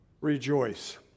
rejoice